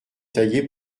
taillé